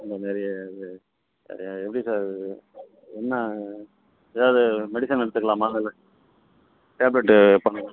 இந்த நிறைய இது எப்படி சார் என்ன ஏதாவது மெடிசன் எடுத்துக்கலாம் டேப்லெட்டு பண்ணலாம்